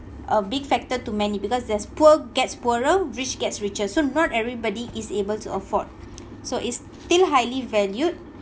a big factor too many because there's poor gets poorer rich gets richer so not everybody is able to afford so is still highly valued